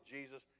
Jesus